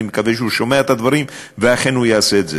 אני מקווה שהוא שומע את הדברים ואכן הוא יעשה את זה.